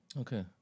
Okay